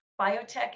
biotech